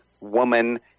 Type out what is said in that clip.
woman